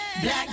Black